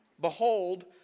behold